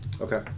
Okay